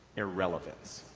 irrelevance.